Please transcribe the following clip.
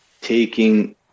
taking